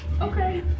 Okay